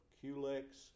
Culex